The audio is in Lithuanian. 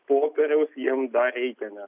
popieriaus jiem dar reikia nes